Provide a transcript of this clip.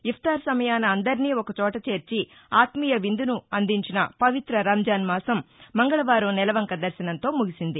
ఇఫ్తార్ సమయాన అందరినీ ఒక చోట చేర్చి ఆత్మీయ విందును అందించిన పవిత్ర రంజాన్ మాసం మంగళవారం నెలవంక దర్శనంతో ముగిసింది